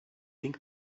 think